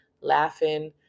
laughing